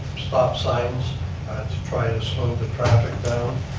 stop signs to try and slow the traffic down,